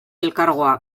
elkargoa